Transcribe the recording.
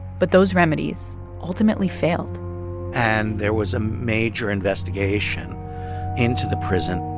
but those remedies ultimately failed and there was a major investigation into the prison.